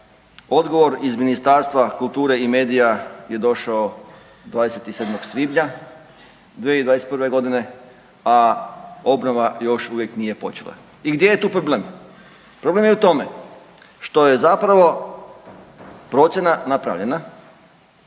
Odgovor iz Ministarstva kulture i medija je došao 27. svibnja 2021. godine, a obnova još uvijek nije počela. I gdje je tu problem? Problem je u tome što je zapravo procjena napravljena.